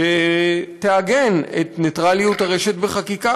שתעגן את נייטרליות הרשת בחקיקה.